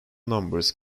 numbers